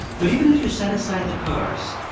but even if you set aside the curse,